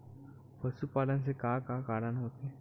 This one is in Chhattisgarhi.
पशुपालन से का का कारण होथे?